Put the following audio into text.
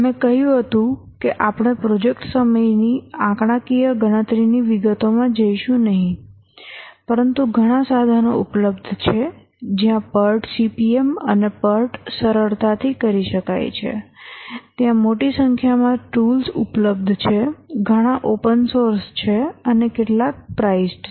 મેં કહ્યું હતું કે આપણે પ્રોજેક્ટ સમયની આંકડાકીય ગણતરીની વિગતોમાં જઈશું નહીં પરંતુ ઘણાં સાધનો ઉપલબ્ધ છે જ્યાં PERT CPM અને PERT સરળતાથી કરી શકાય છે ત્યાં મોટી સંખ્યામાં ટૂલ્સ ઉપલબ્ધ છે ઘણા ઓપન સોર્સ છે અને કેટલાક પ્રાઇઝ્ડ છે